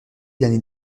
l’année